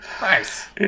Nice